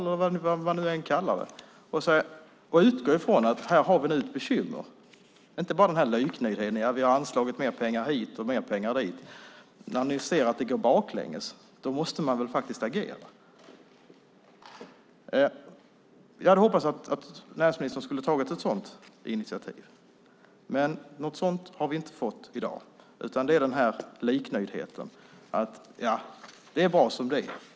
Utgå från att det finns bekymmer i stället för att vara liknöjd och säga att det har anslagits mer pengar hit och dit. När ni ser att det går baklänges måste ni agera. Jag hade hoppats att näringsministern skulle ta ett sådant initiativ, men något sådant har vi inte fått i dag. Det är i stället denna liknöjdhet, att det är bra som det är.